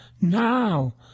now